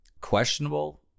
questionable